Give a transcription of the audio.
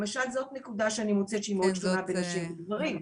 למשל זאת נקודה שאני מוצאת שהיא שונה בין נשים ובין גברים.